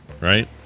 right